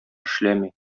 эшләми